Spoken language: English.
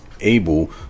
able